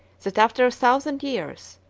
that after a thousand years,